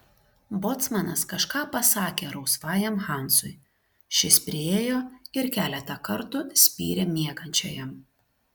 bocmanas kažką pasakė rausvajam hansui šis priėjo ir keletą kartų spyrė miegančiajam